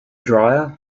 dryer